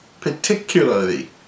particularly